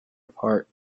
apart